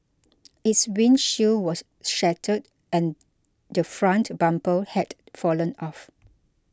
its windshield was shattered and the front bumper had fallen off